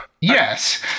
Yes